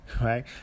Right